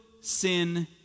sin